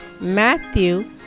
Matthew